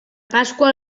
pasqua